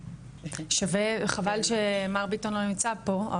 חבל שמר ביטון לא נמצא פה,